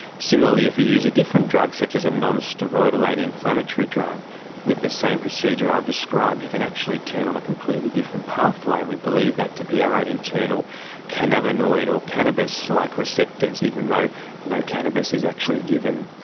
similarly if you use a different drug such as a non-steroidal anti-inflammatory drug with the same procedure i've described, you can actually turn on a completely different pathway, and we believe that to be our own internal cannabinoid or cannabis-like receptors, even though no cannabis is actually given.